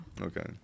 okay